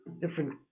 different